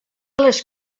les